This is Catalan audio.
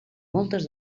moltes